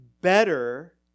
better